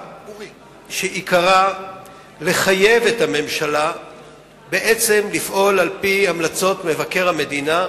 עיקרה לחייב את הממשלה בעצם לפעול על-פי המלצות מבקר המדינה,